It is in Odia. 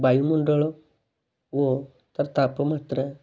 ବାୟୁମଣ୍ଡଳ ଓ ତା'ର ତାପମାତ୍ରା